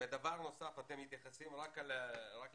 דבר נוסף, אתם מתייחסים רק לנישואים